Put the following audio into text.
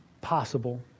possible